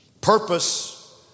Purpose